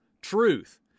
Truth